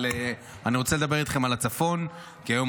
אבל אני רוצה לדבר איתכם על הצפון כי היום